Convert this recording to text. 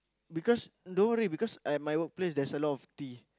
because don't worry because at my workplace there's a lot of tea